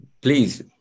please